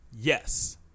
yes